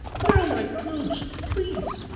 where are my clothes, please?